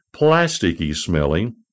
plasticky-smelling